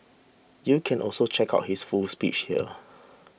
you can also check out his full speech here